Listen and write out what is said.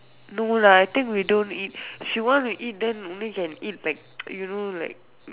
no lah I think we don't eat she want to eat then only can eat like you know like